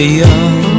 young